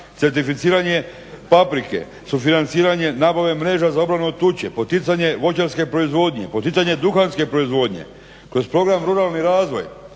certificiranje paprike, sufinanciranje nabave mreža za obranu od tuče, poticanje voćarske proizvodnje, poticanje duhanske proizvodnje kroz program ruralni razvoj